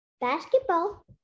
Basketball